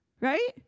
Right